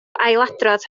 ailadrodd